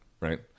right